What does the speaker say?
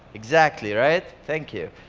exactly, right? thank you.